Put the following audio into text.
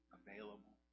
available